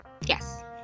Yes